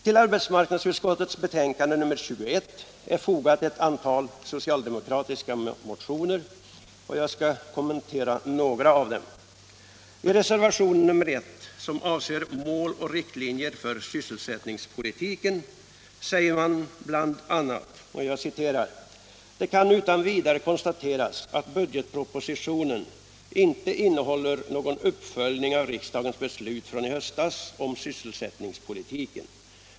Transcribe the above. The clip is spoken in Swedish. I reservation nr I som avser mål och riktlinjer för sysselsättningspolitiken säger man bl.a.: ”Det kan utan vidare konstateras att budgetpropositionen inte innehåller någon uppföljning av riksdagens beslut från i höstas om sysselsättningspolitiken.